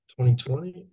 2020